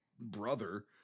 brother